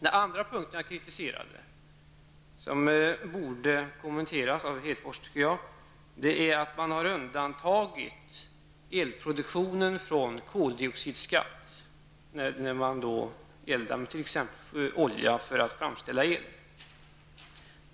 Den andra punkten som jag har kritiserat, och som borde kommenteras av Hedfors, gäller att elproduktionen har undantagits från koldioxidskatt -- t.ex. när olja eldas för att framställa el.